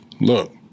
look